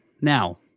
now